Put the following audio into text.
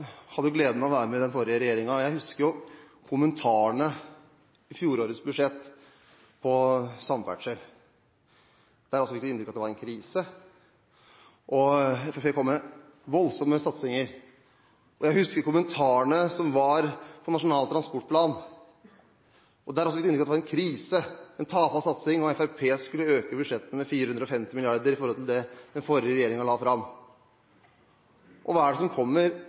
gleden av å være med i den forrige regjeringen, og jeg husker kommentarene til fjorårets budsjett på samferdsel, der vi altså fikk inntrykk av at det var en krise, og Fremskrittspartiet kom med voldsomme satsinger. Og jeg husker kommentarene som var til Nasjonal transportplan. Også der fikk vi inntrykk av at det var en krise, en tafatt satsing, og Fremskrittspartiet skulle øke budsjettene med 450 mrd. kr i forhold til det den forrige regjeringen la fram. Og hva er det som kommer